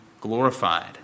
glorified